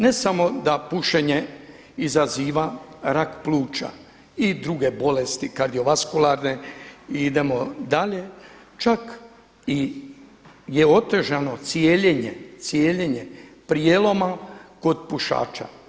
Ne samo da pušenje izaziva rak pluća i druge bolesti kardiovaskularne i idemo dalje, čak je otežano i cijeljenje prijeloma kod pušača.